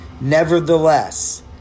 Nevertheless